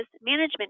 management